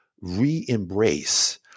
re-embrace